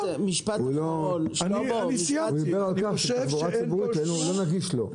זה לא נגיש לו.